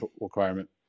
requirement